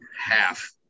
half